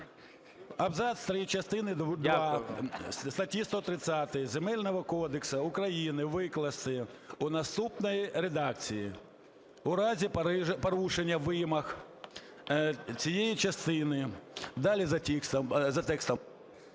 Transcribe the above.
далі за текстом...